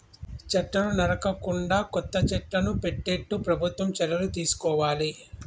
చెట్లను నరకకుండా కొత్త చెట్లను పెట్టేట్టు ప్రభుత్వం చర్యలు తీసుకోవాలి